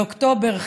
באוקטובר,